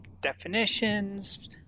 definitions